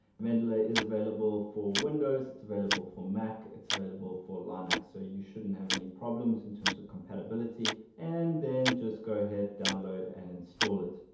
mandalay is available for windows. it's available for mac. it's available for linux. so you shouldn't have any problems in terms of compatibility. and then just go ahead download and install it.